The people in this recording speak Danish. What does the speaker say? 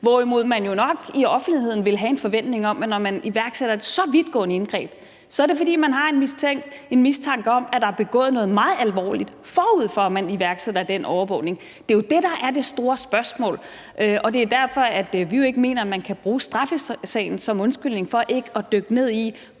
hvorimod man jo nok i offentligheden vil have en forventning om, at når man iværksætter et så vidtgående indgreb, er det, fordi man har en mistanke om, at der er begået noget meget alvorligt, forud for at man iværksætter den overvågning. Det er jo det, der er det store spørgsmål, og det er jo derfor, vi ikke mener, at man kan bruge straffesagen som undskyldning for ikke at dykke ned i